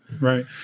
right